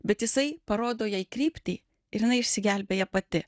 bet jisai parodo jai kryptį ir jinai išsigelbėja pati